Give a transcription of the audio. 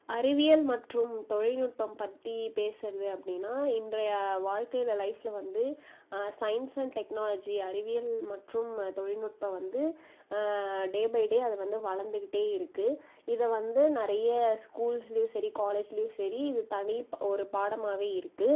அறிவியல் மற்றும் தொழில்நுட்பம் பற்றி பேசுறது அப்படின்னா இன்றைய வாழ்க்கையில் லைஃப்யில் வந்து சயின்ஸ் அண்ட் டெக்னாலஜி அறிவியல் மற்றும் தொழில்நுட்பம் வந்து டே பை டே அது வந்து வளர்ந்துக்கிட்டே இருக்குது இதை வந்து நிறைய ஸ்கூல்ஸ்லேயும் சரி காலேஜ்லேயும் சரி இது தனி ப ஒரு பாடமாகவே இருக்குது